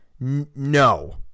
No